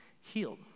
healed